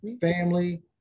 family